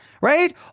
right